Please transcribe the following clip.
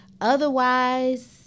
Otherwise